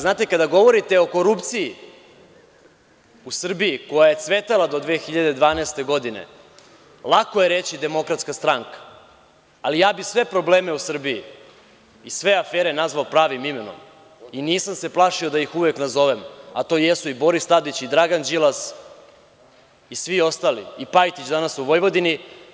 Znate, kada govorite o korupciji u Srbiji koja je cvetala do 2012. godine, lako je reći DS, ali ja bih sve probleme u Srbiji i sve afere nazvao pravim imenom i nisam se plašio da ih uvek nazovem, a to jesu i Boris Tadić i Dragan Đilas i svi ostali i danas Pajtić u Vojvodini.